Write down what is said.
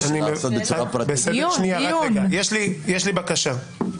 יש לי בקשה.